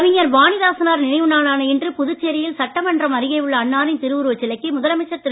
கவிஞர் வாணிதாசனார் நினைவு நாளான இன்று புதுச்சேரியில் சட்டமன்றம் அருகே உள்ள அன்னாரின் திருஉருவச் சிலைக்கு முதலமைச்சர் திரு